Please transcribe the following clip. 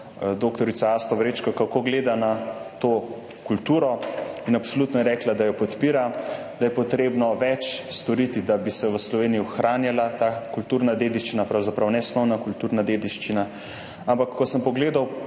dr. Asto Vrečko, kako gleda na to kulturo. Absolutno je rekla, da jo podpira, da je potrebno več storiti, da bi se v Sloveniji ohranjala ta kulturna dediščina, pravzaprav nesnovna kulturna dediščina. Ampak ko sem pogledal